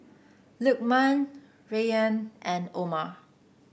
Lukman Rayyan and Omar